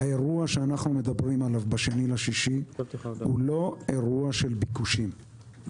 האירוע שאנחנו מדברים עליו ב-2.6 הוא לא אירוע של ביקושים.